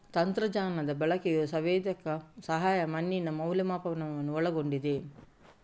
ತಂತ್ರಜ್ಞಾನದ ಬಳಕೆಯು ಸಂವೇದಕ ಸಹಾಯದ ಮಣ್ಣಿನ ಮೌಲ್ಯಮಾಪನವನ್ನು ಒಳಗೊಂಡಿದೆ